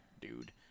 dude